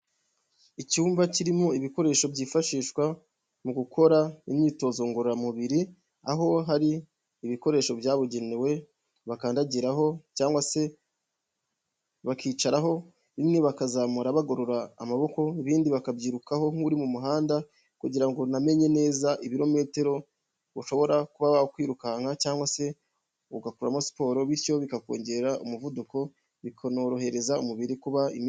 Icyumba kirimo ibikoresho byifashishwa mu gukora imyitozo ngororamubiri, aho hari ibikoresho byabugenewe bakandagiraho cyangwa se bakicaraho rimwe bakazamura bagorora amaboko, ibindi bakabyirukaho nk'uri mu muhanda, kugira ngo unamenye neza ibirometero ushobora kuba wakwirukanka cyangwa se ugakoramo siporo, bityo bikakongerera umuvuduko bikanorohereza umubiri kuba,